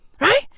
right